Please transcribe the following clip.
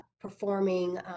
performing